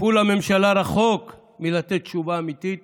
"טיפול הממשלה רחוק מלתת תשובה אמיתית